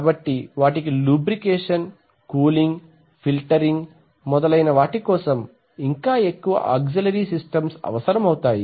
కాబట్టి వాటికి lubrication cooling filtering మొదలైన వాటికోసం ఇంకా ఎక్కువ ఆక్సిలరీ సిస్టమ్స్ అవసరమవుతాయి